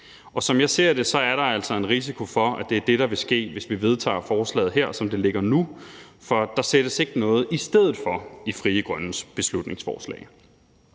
Som jeg ser det, er der altså en risiko for, at det er det, der vil ske, hvis vi vedtager forslaget her, som det ligger nu, for der sættes ikke noget i stedet i Frie Grønnes beslutningsforslag.